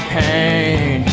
pain